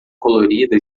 colorida